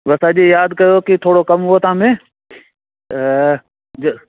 बसि अॼु यादि कयो की थोरो कमु हुओ तव्हां में त जो